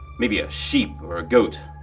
maybe a sheep or a goat.